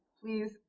please